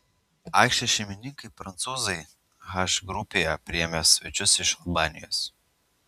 aikštės šeimininkai prancūzai h grupėje priėmė svečius iš albanijos